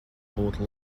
būtu